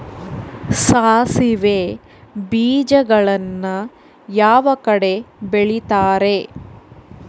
ಸಾಸಿವೆ ಬೇಜಗಳನ್ನ ಯಾವ ಕಡೆ ಬೆಳಿತಾರೆ?